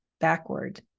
backward